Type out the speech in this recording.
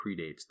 predates